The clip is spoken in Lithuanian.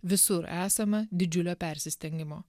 visur esama didžiulio persistengimo